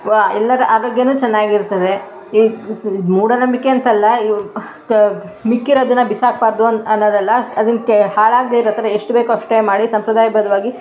ಎಲ್ಲರ ಆರೋಗ್ಯವೂ ಚೆನ್ನಾಗಿರ್ತದೆ ಮೂಢನಂಬಿಕೆ ಅಂತಲ್ಲ ಮಿಕ್ಕಿರೋದನ್ನು ಬಿಸಾಕ್ಬಾರದು ಅನ್ನೋದಲ್ಲ ಅದಕ್ಕೆ ಹಾಳಾಗದೇ ಇರೋ ಥರ ಎಷ್ಟು ಬೇಕು ಅಷ್ಟೇ ಮಾಡಿ ಸಂಪ್ರದಾಯ ಬದ್ದವಾಗಿ